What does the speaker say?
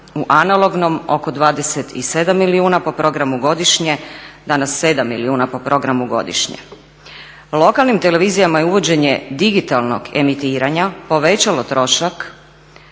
U analognom oko 27 milijuna po programu godišnje, danas 7 milijuna po programu godišnje. Lokalnim televizijama je uvođenje digitalnog emitiranja povećalo trošak